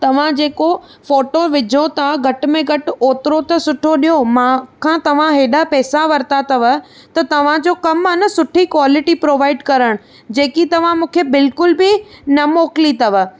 तव्हां जेको फोटो विझो था घटि में घटि ओतिरो त सुठो ॾियो मां खां तव्हां हेॾा पैसा वरिता अथव त तव्हांजो कमु आहे न सुठी क्वालिटी प्रोवाइड करणु जेकी तव्हां मूंखे बिल्कुल बि न मोकिली अथव